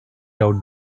out